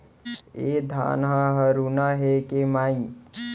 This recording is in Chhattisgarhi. ए धान ह हरूना हे के माई?